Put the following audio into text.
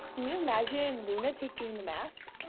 you imagine luna taking the mask?